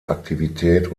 aktivität